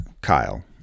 Kyle